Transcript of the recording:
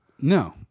No